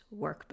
workbook